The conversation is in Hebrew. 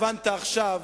הבנת עכשיו,